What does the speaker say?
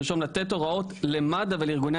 לרשום "לתת הוראות למד"א ולארגוני